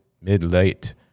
mid-late